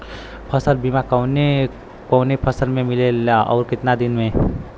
फ़सल बीमा कवने कवने फसल में मिलेला अउर कितना दिन में?